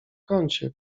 kącie